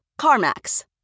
CarMax